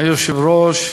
אדוני היושב-ראש,